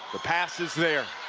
the pass is there.